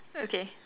okay